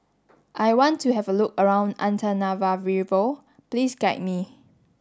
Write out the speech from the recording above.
I want to have a look around Antananarivo please guide me